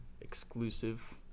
exclusive